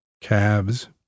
calves